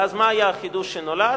ואז, מה היה החידוש שנולד?